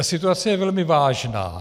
Situace je velmi vážná.